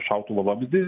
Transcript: šautuvo vamzdį